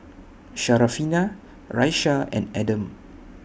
Syarafina Raisya and Adam